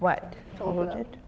what it